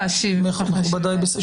מכובדיי,